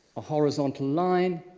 a horizontal line,